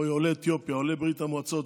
או עולי אתיופיה או עולי ברית המועצות,